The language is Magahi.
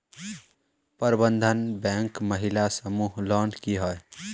प्रबंधन बैंक महिला समूह लोन की होय?